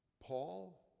Paul